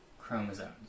chromosomes